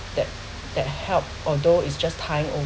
that that help although is just tide over